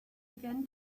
again